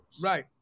Right